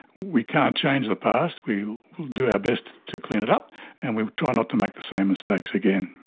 we can't change the past, we will do our best to clean it up and we try not to make the same mistakes again.